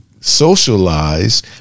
socialize